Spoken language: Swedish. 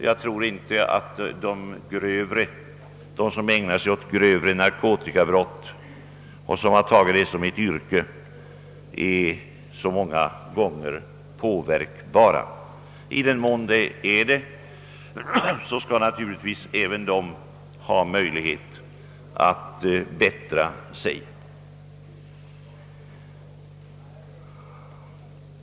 Jag tror inte att de som ägnar sig åt grövre narkotikabrott i någon större utsträckning är påverkbara, men i den mån de är det skall naturligtvis även de ha möjlighet att bättra sig.